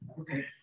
Okay